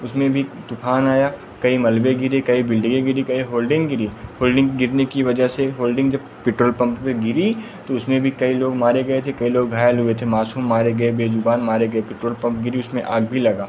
उसमें भी तूफान आया कई मलबे गिरे कई बिल्डिंगें गिरे कई होल्डिंग गिरी होल्डिंग गिरने की वजह से होल्डिंग जब पेट्रोल पम्प पर गिरी तो उसमें भी कई लोग मारे गए थे कई लोग घायल हुए थे मासूम मारे गए बेज़ुबान मारे गए पेट्रोल पम्प गिरी उसमें आग भी लगा